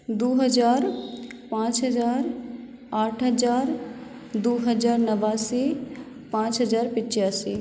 दू हजार पाँच हजार आठ हजार दू हजार नाबासी पाँच हजार पच्यासी